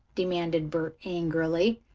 demanded bert angrily.